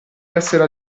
essere